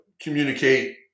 communicate